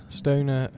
steunen